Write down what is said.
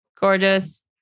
Gorgeous